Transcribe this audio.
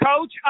Coach